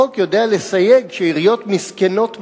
החוק יודע לסייג שעיריות מסכנות ממש,